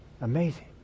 amazing